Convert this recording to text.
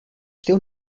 still